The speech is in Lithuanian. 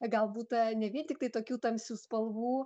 gal būta ne vien tiktai tokių tamsių spalvų